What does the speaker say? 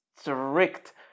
strict